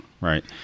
right